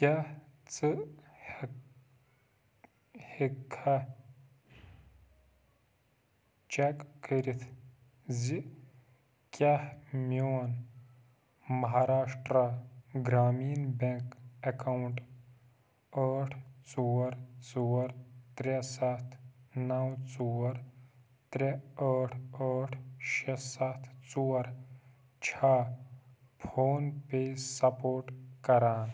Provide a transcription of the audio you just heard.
کیٛاہ ژٕ ہٮ۪ک ہٮ۪کٕکھا چیک کٔرِتھ زِ کیٛاہ میٛون مہاراشٹرٛا گرٛامیٖن بیٚنٛک اَکاوُنٛٹ ٲٹھ ژور ژور ترٛےٚ سَتھ نو ژور ترٛےٚ ٲٹھ ٲٹھ شیٚے سَتھ ژور چھا فون پے سپورٹ کران